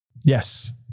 Yes